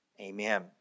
Amen